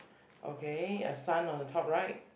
okay a sun on the top right